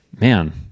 man